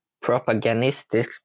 propagandistic